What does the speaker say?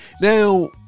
Now